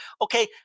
Okay